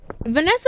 Vanessa